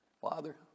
Father